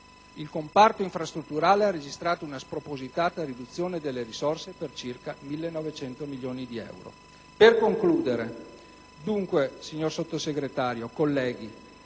il comparto infrastrutturale ha registrato una spropositata riduzione delle risorse per circa 1.900 milioni di euro. Per concludere, signor Sottosegretario, colleghi,